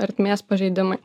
ertmės pažeidimai